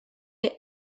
est